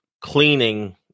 cleaning